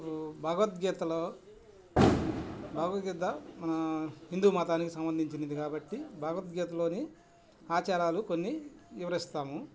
భగవద్గీతలో భగవద్గీత మన హిందూ మతానికి సంబంధించినది కాబట్టి భగవద్గీతలోని ఆచారాలు కొన్ని వివరిస్తాము